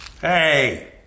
Hey